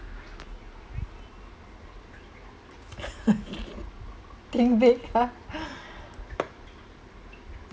think big ah